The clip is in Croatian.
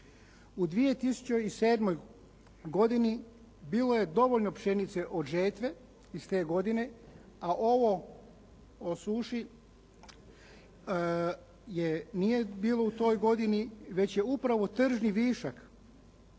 U 2007. godini bilo je dovoljno pšenice od žetve iz te godine a ovo o suši nije bilo u toj godini već je upravo tržni višak